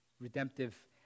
redemptive